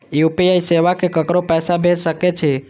UPI सेवा से ककरो पैसा भेज सके छी?